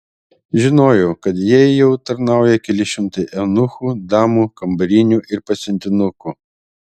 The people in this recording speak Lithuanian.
žinojau kad jai jau tarnauja keli šimtai eunuchų damų kambarinių ir pasiuntinukų